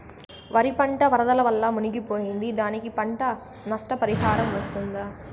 వరి పంట వరదల వల్ల మునిగి పోయింది, దానికి పంట నష్ట పరిహారం వస్తుందా?